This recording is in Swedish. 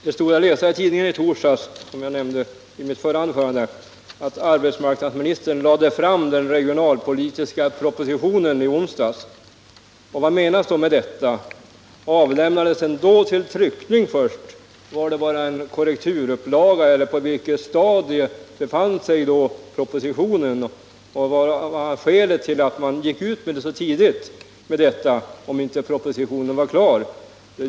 Det stod att läsa i tidningen i torsdags, som jag nämnde i mitt förra anförande, att arbetsmarknadsministern lade fram den regionalpolitiska propositionen i onsdags. Vad menas då med detta? Avlämnades den då till tryckning? Var det bara en korrekturupplaga, eller på vilket stadium befann sig då propositionen? Och vad var skälet till att man gick ut med uttalanden så tidigt, om inte propositionen var klar?